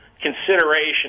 consideration